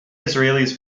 israelis